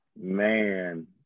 Man